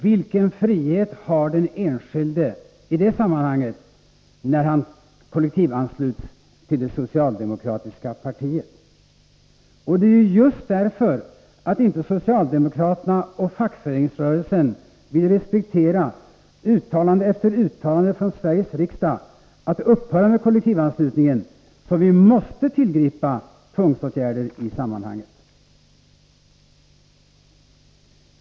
Vilken frihet har den enskilde därvidlag när han kollektivansluts till det socialdemokratiska partiet? Det är just därför att socialdemokraterna och fackföreningsrörelsen inte vill respektera uttalande efter uttalande från Sveriges riksdag om att upphöra med kollektivanslutningen som vi måste tillgripa tvångsåtgärder i sammanhanget.